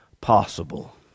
possible